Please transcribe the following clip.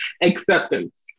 acceptance